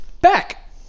Back